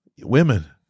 women